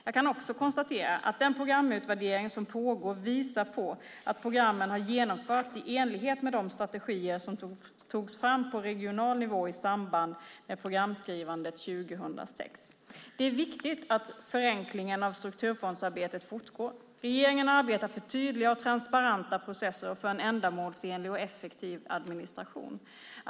Jag kan också konstatera att den programutvärdering som pågår visar på att programmen har genomförts i enlighet med de strategier som togs fram på regional nivå i samband med programskrivandet 2006. Det är viktigt att förenklingen av strukturfondsarbetet fortgår. Regeringen arbetar för tydliga och transparenta processer och för en ändamålsenlig och effektiv administration.